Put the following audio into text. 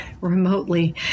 remotely